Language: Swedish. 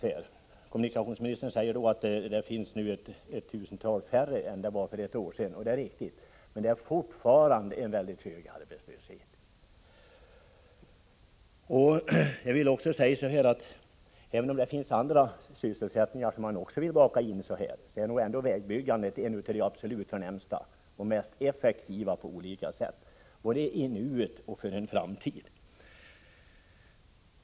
Kommunikationsministern säger att de arbetslösa är 1 000 färre i år än de var för ett år sedan, och det är riktigt. Men arbetslösheten är fortfarande väldigt hög. Även om man i detta sammanhang vill baka in andra typer av sysselsättning, hör nog olika åtgärder beträffande vägbyggandet till de absolut förnämsta och mest effektiva insatserna. Det gäller både i nuet och för framtiden.